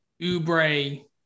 Ubre